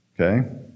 Okay